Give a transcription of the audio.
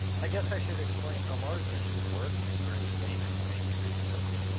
i guess i should explain how mars missions work for any layman who may be reading this.